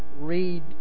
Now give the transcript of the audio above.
read